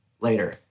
later